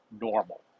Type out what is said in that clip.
normal